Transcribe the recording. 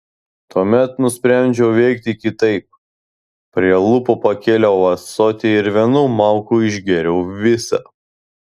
tuomet nusprendžiau veikti kitaip prie lūpų pakėliau ąsotį ir vienu mauku išgėriau visą